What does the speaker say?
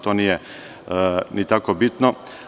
To nije ni tako bitno.